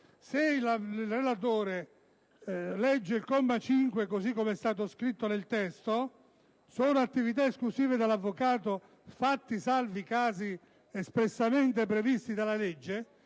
Se il relatore legge il comma 5, così com'è stato scritto nel testo del disegno di legge, «sono attività esclusive dell'avvocato, fatti salvi i casi espressamente previsti dalla legge